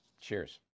Cheers